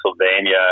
Pennsylvania